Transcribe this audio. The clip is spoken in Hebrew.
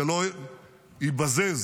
שלא ייבזז